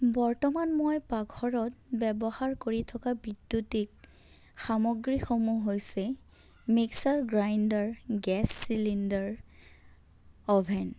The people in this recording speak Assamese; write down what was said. বৰ্তমান মই পাকঘৰত ব্য়ৱহাৰ কৰি থকা বিদ্য়ুতিক সামগ্ৰীসমূহ হৈছে mixer grinder gas cylinder oven